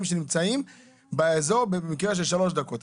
שנמצאים באזור במרחק של שלוש דקות.